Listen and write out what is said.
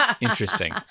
interesting